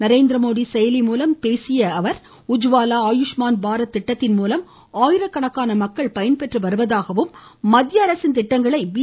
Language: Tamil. நரேந்திரமோடி செயலி மூலம் பேசிய அவர் உஜ்வாலா ஆயுஷ்மான் பாரத் திட்டத்தின் மூலம் ஆயிரக்கணக்கானோர் பயன்பெற்று வருவதாகவும் மத்திய அரசின் திட்டங்களை பி